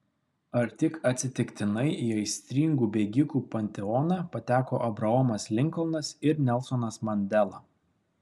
ar tik atsitiktinai į aistringų bėgikų panteoną pateko abraomas linkolnas ir nelsonas mandela